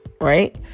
right